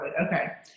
okay